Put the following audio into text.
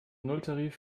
nulltarif